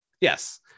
yes